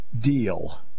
deal